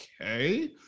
okay